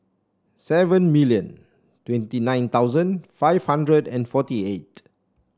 seven million twenty nine thousand five hundred and forty eight